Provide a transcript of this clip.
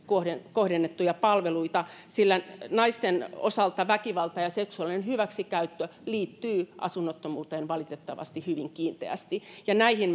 kohdennettuja palveluita sillä naisten osalta väkivalta ja seksuaalinen hyväksikäyttö liittyvät asunnottomuuteen valitettavasti hyvin kiinteästi näihin